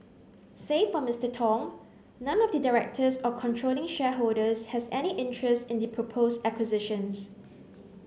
save for Mister Tong none of the directors or controlling shareholders has any interest in the proposed acquisitions